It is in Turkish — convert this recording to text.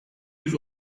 yüz